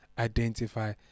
identify